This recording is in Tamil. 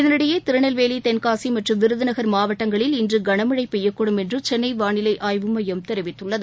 இதற்கிடையே திருநெல்வேலி தென்காசி மற்றும் விருதுநகர் மாவட்டங்களில் இன்று கனமழை பெய்யக்கூடும் என்று சென்னை வானிலை ஆய்வு மையம் தெரிவித்துள்ளது